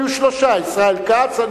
היו שלושה: ישראל כץ,